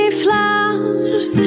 flowers